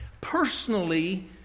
personally